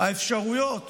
האפשרויות